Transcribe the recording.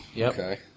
Okay